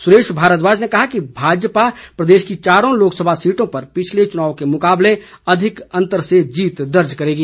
सुरेश भारद्वाज ने कहा कि भाजपा प्रदेश की चारों लोकसभा सीटों पर पिछले चुनाव के मुकाबले अधिक अंतर से जीत दर्ज करेंगी